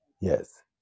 Yes